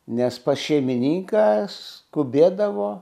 nes pas šeimininką skubėdavo